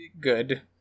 good